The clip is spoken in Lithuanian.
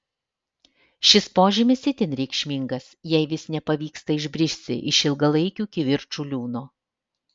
šis požymis itin reikšmingas jei vis nepavyksta išbristi iš ilgalaikių kivirčų liūno